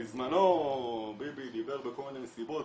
בזמנו ביבי דיבר בכל מיני מסיבות,